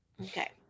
okay